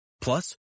Plus